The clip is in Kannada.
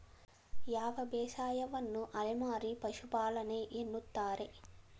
ಯಾವ ಬೇಸಾಯವನ್ನು ಅಲೆಮಾರಿ ಪಶುಪಾಲನೆ ಎನ್ನುತ್ತಾರೆ?